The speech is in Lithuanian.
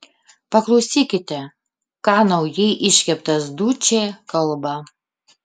paklausykite ką naujai iškeptas dučė kalba